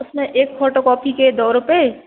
उसमें एक फ़ोटोकॉपी के दो रुपये